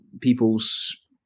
people's